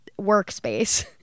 workspace